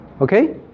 Okay